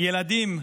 ילדים,